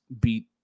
beat